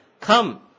Come